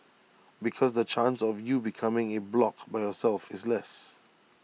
because the chance of you becoming A bloc by yourself is less